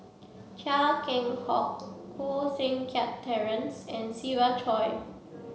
Chia Keng Hock Koh Seng Kiat Terence and Siva Choy